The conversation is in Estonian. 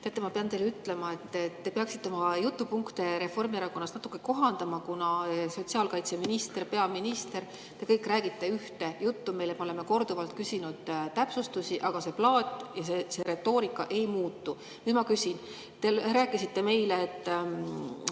Teate, ma pean teile ütlema, et te peaksite oma jutupunkte Reformierakonnas natuke kohendama, kuna sotsiaalkaitseminister, peaminister – te kõik räägite meile ühte juttu. Me oleme korduvalt küsinud täpsustusi, aga see plaat ja see retoorika ei muutu. Nüüd ma küsin. Te rääkisite meile, et